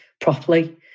properly